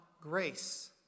grace